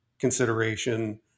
consideration